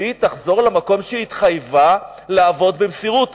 והיא תחזור למקום שהיא התחייבה לעבוד בו במסירות.